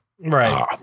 Right